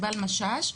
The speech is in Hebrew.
ענבל משש,